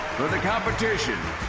for the competition.